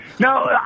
No